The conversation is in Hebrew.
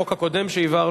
נתקבלה.